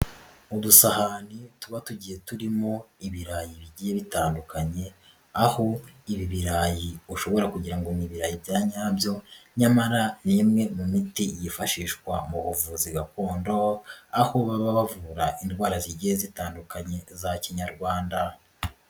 Udusahani tuba tugiye turimo ibirayi bigiye bitandukanye, aho ibi birarayi ushobora kugira ngo ni ibirayi bya nyabyo, nyamara nimwe mu miti yifashishwa mu buvuzi gakondo, aho baba bavura indwara zigiye zitandukanye za kinyarwanda.